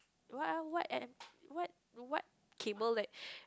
what ah what ah what what cable like